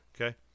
Okay